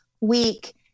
week